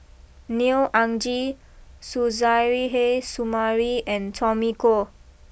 Neo Anngee Suzairhe Sumari and Tommy Koh